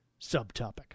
subtopic